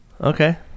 Okay